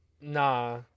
Nah